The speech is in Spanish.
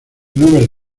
nubes